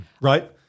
right